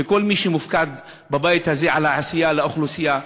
וכל מי שמופקד בבית הזה על העשייה לאוכלוסייה,